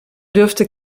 dürfe